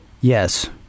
yes